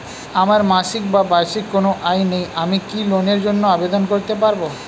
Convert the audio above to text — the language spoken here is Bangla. আমার মাসিক বা বার্ষিক কোন আয় নেই আমি কি লোনের জন্য আবেদন করতে পারব?